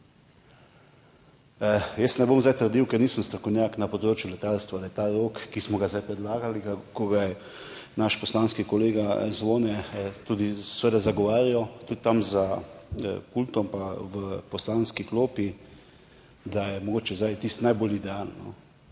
Jaz ne bom zdaj trdil, ker nisem strokovnjak na področju letalstva, da je ta rok, ki smo ga zdaj predlagali, ki ga je naš poslanski kolega Zvone tudi zagovarjal, tudi tam za pultom in v poslanski klopi, mogoče tisti najbolj idealen.